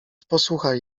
posłuchaj